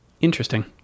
Interesting